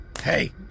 hey